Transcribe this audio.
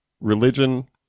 religion